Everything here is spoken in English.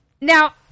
Now